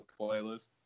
playlist